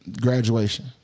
graduation